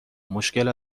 مشکل